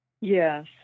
Yes